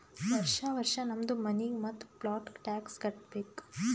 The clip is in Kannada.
ವರ್ಷಾ ವರ್ಷಾ ನಮ್ದು ಮನಿಗ್ ಮತ್ತ ಪ್ಲಾಟ್ಗ ಟ್ಯಾಕ್ಸ್ ಕಟ್ಟಬೇಕ್